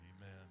Amen